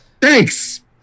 Thanks